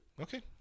okay